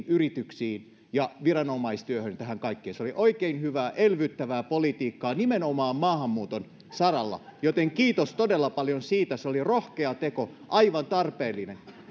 yrityksiin ja viranomaistyöhön tähän kaikkeen se oli oikein hyvää elvyttävää politiikkaa nimenomaan maahanmuuton saralla joten kiitos todella paljon siitä se oli rohkea teko aivan tarpeellinen